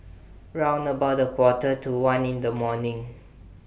round about A Quarter to one in The morning